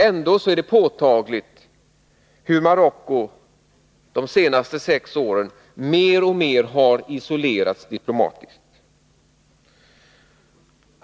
Ändå är det påtagligt hur Marocko de senaste sex åren mer och mer har isolerats diplomatiskt.